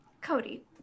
Cody